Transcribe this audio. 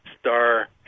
Star